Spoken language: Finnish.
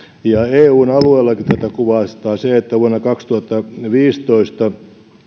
eun alueellakin tätä kuvastaa se että vuonna kaksituhattaviisitoista yksin